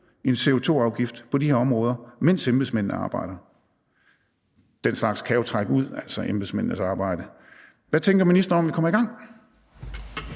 en CO2-afgift på de her områder, mens embedsmændene arbejder – den slags kan jo trække ud, altså embedsmændenes arbejde. Hvad tænker ministeren om, at vi kommer i gang?